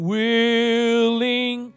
willing